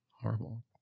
horrible